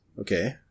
Okay